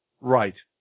Right